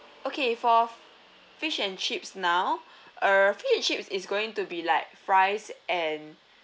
okay for fish and chips now err fish and chips is going to be like fries and